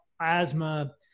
asthma